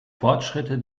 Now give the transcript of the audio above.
fortschritte